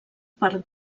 per